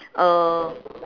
uh